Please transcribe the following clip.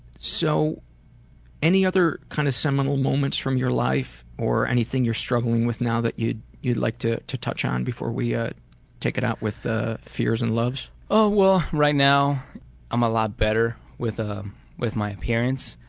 so any other kind of sentimental moments from your life or anything you're struggling with now that you'd you'd like to to touch on before we ah take it out with fears and loves? oh well right now i'm a lot better with um with my parents,